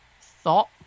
thought